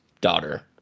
daughter